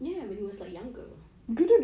ya when he was like younger